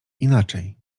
inaczej